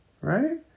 right